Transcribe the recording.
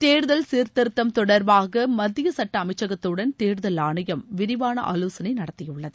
தேர்தல் சீர்திருத்தம் தொடர்பாகமத்தியசுட்டஅமைச்சகத்துடன் தேர்தல் ஆணையம் விரிவானஆலோசனைநடத்தியுள்ளது